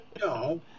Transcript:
No